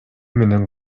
менен